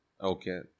Okay